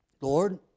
Lord